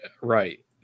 Right